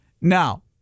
Now